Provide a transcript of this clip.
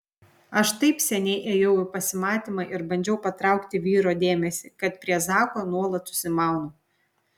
aš taip seniai ėjau į pasimatymą ir bandžiau patraukti vyro dėmesį kad prie zako nuolat susimaunu